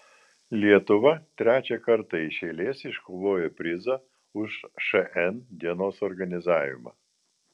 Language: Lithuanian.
lietuva trečią kartą iš eilės iškovojo prizą už šn dienos organizavimą